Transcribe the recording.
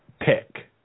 pick